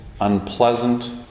unpleasant